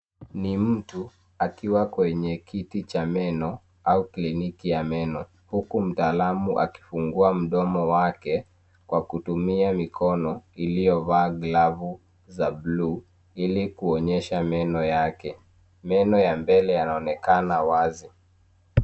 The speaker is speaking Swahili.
Ni mtu akiwa kwenye kiti cha meno au kliniki ya meno, huku mtaalamu akifungua mdomo wake kwa kutumia mikono iliyovaa glavu za bluu, ili kuonyesha meno yake. Meno ya mbele yanaonekana wazi.